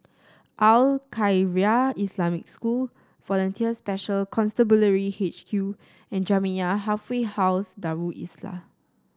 Al Khairiah Islamic School Volunteer Special Constabulary H Q and Jamiyah Halfway House Darul Islah